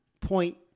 point